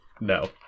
No